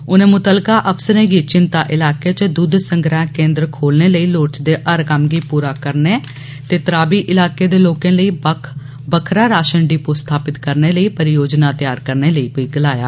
उनें मुतलका अफसरें गी चिन्ता इलाके च दुध सगंह केन्द्र खोलने लोड़चदे हर कम्म गी पूरा करने ते तराबी इलाके दे लोकें लेई बक्खरा राषन डियो स्थापत करने लेई परियोजना तैयार करने लेई बी गलाया